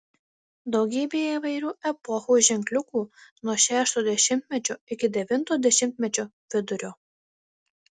daugybė įvairių epochų ženkliukų nuo šešto dešimtmečio iki devinto dešimtmečio vidurio